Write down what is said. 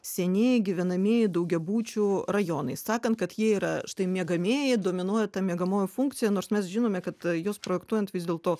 senieji gyvenamieji daugiabučių rajonai sakant kad jie yra štai miegamieji dominuoja ta miegamoji funkcija nors mes žinome kad juos projektuojant vis dėlto